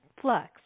flux